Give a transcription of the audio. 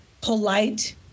polite